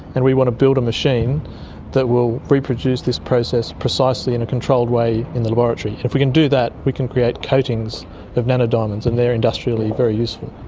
and we want to build a machine that will reproduce this process precisely in a controlled way in the laboratory. if we can do that, we can create coatings of nano-diamonds, and they are industrially very useful.